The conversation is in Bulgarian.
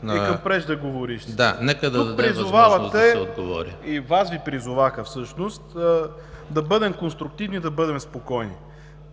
ФИЛИП ПОПОВ: Вие призовавате, и Вас Ви призоваха всъщност, да бъдем конструктивни, да бъдем спокойни.